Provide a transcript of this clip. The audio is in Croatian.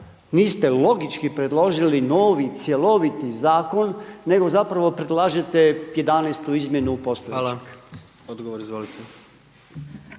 niste logički predložili novi cjeloviti zakon nego zapravo predlažete 11. izmjenu postojećeg? **Jandroković,